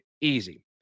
easy